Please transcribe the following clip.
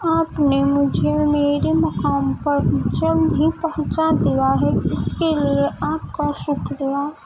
آپ نے مجھے میرے مقام پر جلد ہی پہنچا دیا ہے اس کے لیے آپ کا شکریہ